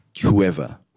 whoever